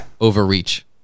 overreach